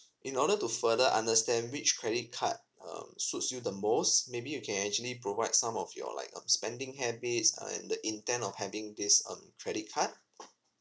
in order to further understand which credit card um suits you the most maybe you can actually provide some of your like um spending habits uh and the intent of having this um credit card